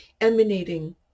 emanating